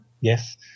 Yes